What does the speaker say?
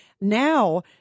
now